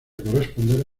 corresponder